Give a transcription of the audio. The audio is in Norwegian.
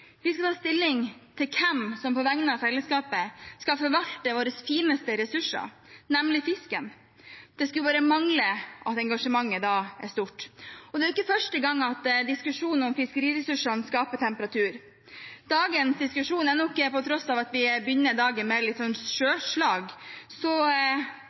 Vi skal ta stilling til hvem som på vegne av fellesskapet skal forvalte vår fineste ressurs, nemlig fisken. Det skulle bare mangle at engasjementet da ikke er stort. Det er ikke første gang diskusjon om fiskeriressursene skaper temperatur. Dagens diskusjon er nok – på tross av at vi begynner dagen